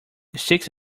sticks